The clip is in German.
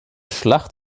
schlacht